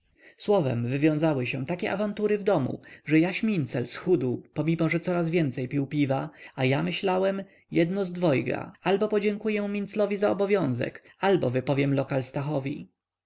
słowem wywiązały się takie awantury w domu ze jaś mincel schudł pomimo że coraz więcej pił piwa a ja myślałem jedno z dwojga albo podziękuję minclowi za obowiązek albo wypowiem lokal stachowi